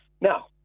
now